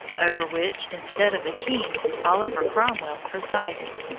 over which, instead of a king, oliver cromwell presided,